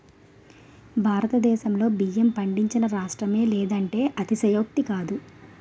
భారతదేశంలో బియ్యం పండించని రాష్ట్రమే లేదంటే అతిశయోక్తి కాదు